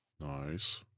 Nice